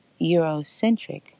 Eurocentric